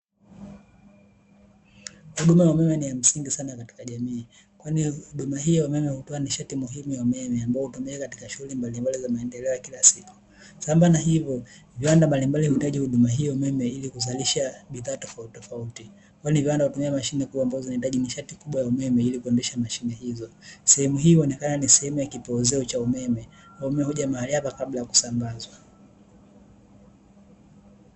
Huduma ya umeme ni ya msingi sana katika jamii. Kwani huduma hii wa umeme hutoa nishati muhimu ya umeme ambayo hutumika katika shughuli mbalimbali za maendeleo ya kila siku. Sambamba na hivyo, viwanda mbalimbali huhitaji huduma hiyo ya umeme ili kuzalisha bidhaa tofauti tofauti. Kwani viwanda hutumia mashine kubwa ambazo zinahitaji nishati kubwa ya umeme ili kuendesha mashine hizo. Sehemu hii huonekana ni sehemu ya kipoozeo cha umeme. Umeme huja mahali hapa kabla ya kusambazwa.